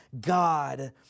God